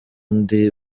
ndi